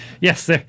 Yes